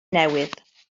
newydd